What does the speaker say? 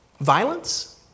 Violence